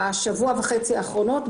בשבוע וחצי האחרונים,